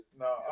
No